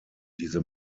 diese